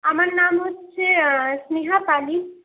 আমার নাম হচ্ছে স্নেহা পালিত